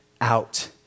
out